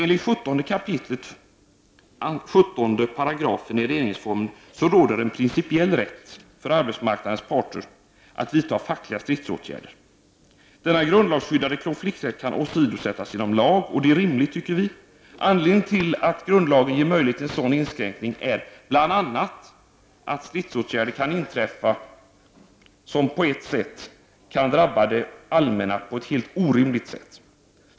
Enligt 17 kap. 17§ regeringsformen råder en principiell rätt för arbetsmarknadens parter att vidta fackliga stridsåtgärder. Denna grundlagsskyddade konflikträtt kan åsidosättas genom lag. Det tycker vi är rimligt. Anledningen till att grundlagen ger möjlighet till en sådan inskränkning är bl.a. att stridsåtgärder kan vidtas som på ett helt orimligt sätt kan drabba det allmänna.